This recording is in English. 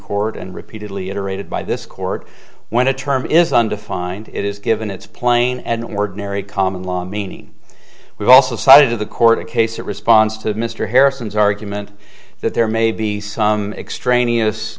court and repeatedly iterated by this court when a term is undefined it is given its plain and ordinary common law meaning we also cited to the court case in response to mr harrison's argument that there may be some extraneous